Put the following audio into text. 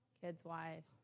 Kids-wise